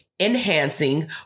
enhancing